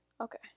Okay